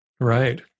Right